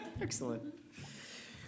Excellent